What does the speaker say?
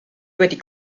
wedi